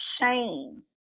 shame